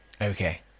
Okay